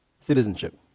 citizenship